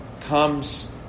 comes